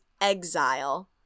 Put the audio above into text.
exile